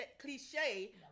cliche